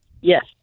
Yes